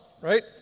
right